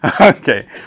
Okay